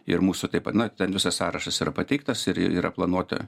ir mūsų taip na ten visas sąrašas yra pateiktas ir yra planuota